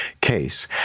case